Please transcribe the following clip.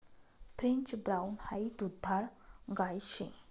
French brown high दुधाळ गाय शे